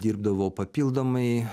dirbdavau papildomai